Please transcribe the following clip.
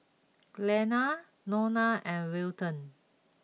Glenna Nona and Weldon